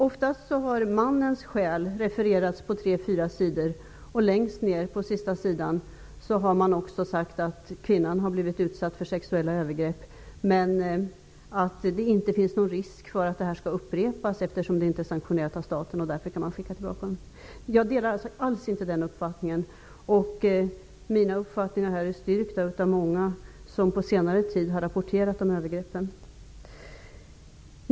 Oftast har mannens skäl refererats på tre fyra sidor, och längst ner på sista sidan har man också sagt att kvinnan har blivit utsatt för sexuella övergrepp men att det inte finns någon risk för att detta upprepas, eftersom det inte är sanktionerat av staten. Därför kan dessa kvinnor skickas tillbaka. Jag delar inte alls den uppfattningen. Min uppfattning är styrkt av många som på senare tid har rapporterat om övergreppen.